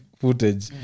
footage